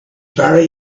very